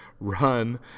run